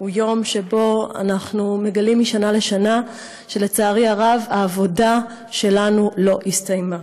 הוא יום שבו אנחנו מגלים משנה לשנה שלצערי הרב העבודה שלנו לא הסתיימה.